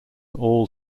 all